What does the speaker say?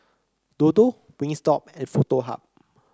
Dodo Wingstop and Foto Hub